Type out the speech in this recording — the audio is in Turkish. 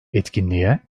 etkinliğe